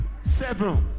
seven